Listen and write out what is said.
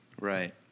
Right